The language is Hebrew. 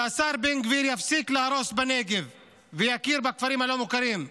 שהשר בן גביר יפסיק להרוס בנגב ויכיר בכפרים הלא-מוכרים.